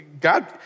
God